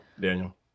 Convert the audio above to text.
daniel